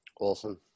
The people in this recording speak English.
Awesome